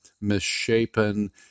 misshapen